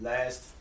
Last